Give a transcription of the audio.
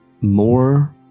more